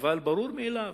אבל ברור מאליו,